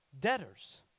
debtors